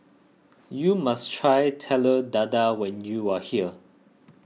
you must try Telur Dadah when you are here